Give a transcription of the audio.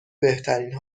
بهترین